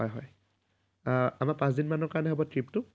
হয় হয় আমাৰ পাঁচদিন মানৰ কাৰণে হ'ব ট্ৰিপটো